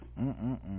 Mm-mm-mm